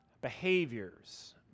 behaviors